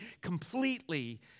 completely